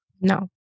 No